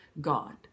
God